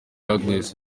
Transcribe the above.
agnes